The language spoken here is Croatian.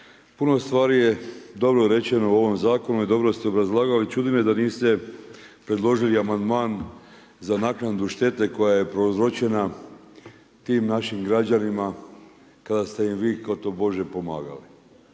puno stvari je dobro rečeno u ovom zakonu i dobro ste obrazlagali, čudi me dan niste predložili amandman za naknadu štete koja je prouzročena tim našim građanima kada ste im vi tobože pomagali.